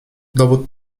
dowód